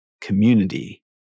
community